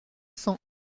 cent